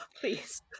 please